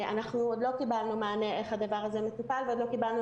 אנחנו עוד לא קיבלנו מענה איך הדבר הזה מטופל ועוד לא קיבלנו